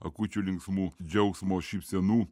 akučių linksmų džiaugsmo šypsenų